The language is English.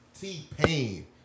T-Pain